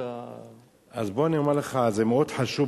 זה מאוד חשוב.